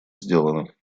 сделано